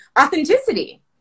authenticity